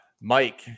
Mike